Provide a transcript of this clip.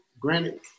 granted